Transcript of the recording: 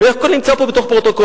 הכול נמצא פה בפרוטוקולים,